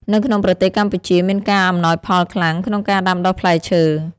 នៅក្នុងប្រទេសកម្ពុជាមានការ អំណោយផលខ្លាំង ក្នុងការដាំដុះផ្លែឈើ។